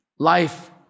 Life